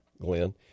Glenn